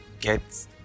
get